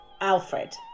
Alfred